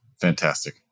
fantastic